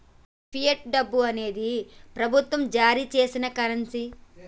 గీ fiat డబ్బు అనేది ప్రభుత్వం జారీ సేసిన కరెన్సీ